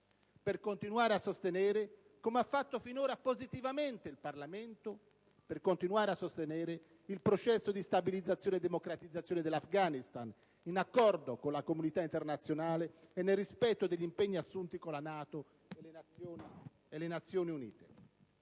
per continuare a sostenere - come ha fatto finora positivamente il Parlamento - il processo di stabilizzazione e di democratizzazione dell'Afghanistan, in accordo con la comunità internazionale e nel rispetto degli impegni assunti con la NATO e con le Nazioni Unite.